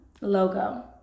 logo